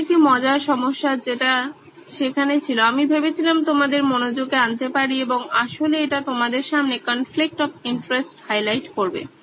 এটি একটি মজার সমস্যা যেটা সেখানে ছিল আমি ভেবেছিলাম তোমাদের মনোযোগে আনতে পারি এবং আসলে এটা তোমাদের সামনে কনফ্লিকট অফ ইন্টারেস্ট হাইলাইট করবে